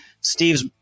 Steve's